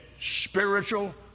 spiritual